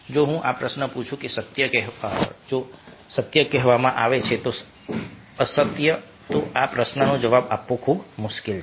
જો હું આ પ્રશ્ન પૂછું કે સત્ય કહેવામાં આવે છે કે અસત્ય તો આ પ્રશ્નનો જવાબ આપવો ખૂબ મુશ્કેલ છે